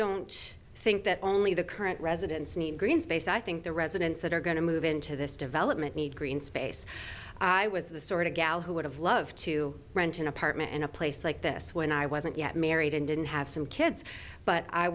don't think that only the current residents need green space i think the residents that are going to move into this development need green space i was the sort of gal who would have loved to rent an apartment in a place like this when i wasn't yet married and didn't have some kids but i